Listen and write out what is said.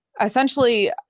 essentially